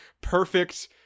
perfect